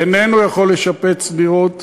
איננו יכול לשפץ דירות,